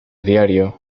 diario